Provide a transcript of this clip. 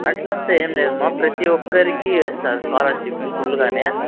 అలాంటిది ఏం లేదమ్మా ప్రతి ఒక్కరికి వేస్తారు స్కాలర్షిప్ ఫుల్ గా